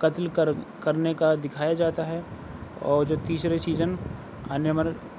قتل کر کرنے کا دکھایا جاتا ہے اور جو تیسرے سیزن آنے والا ہے